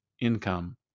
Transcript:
income